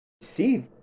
see